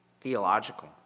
theological